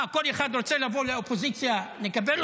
מה, כל אחד שרוצה לבוא לאופוזיציה, נקבל אותו?